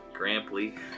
Gramply